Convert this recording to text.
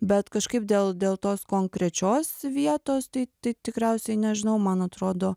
bet kažkaip dėl dėl tos konkrečios vietos tai tai tikriausiai nežinau man atrodo